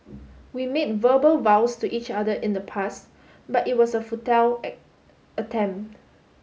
we made verbal vows to each other in the past but it was a futile attempt